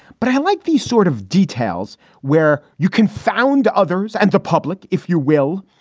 but i like these sort of details where you can found others and the public, if you will,